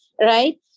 right